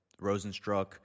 Rosenstruck